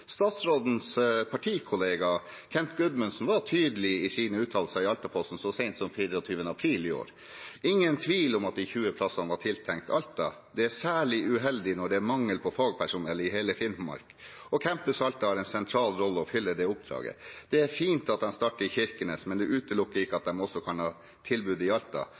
Statsrådens partikollega Kent Gudmundsen var tydelig i sine uttalelser i Altaposten så sent som 24. april i år: «– Ingen tvil om at de 20 plassene var tiltenkt Alta. Det er særlig uheldig når det er mangel på fagpersonell i hele Finnmark, og Campus Alta har en sentral rolle i å fylle det oppdraget. Det er fint at de starter i Kirkenes, men det utelukker ikke at man også kan ha tilbudet i Alta.